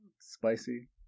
Spicy